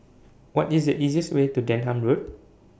What IS The easiest Way to Denham Road